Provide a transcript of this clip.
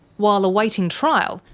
while awaiting trial,